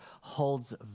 holds